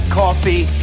coffee